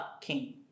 king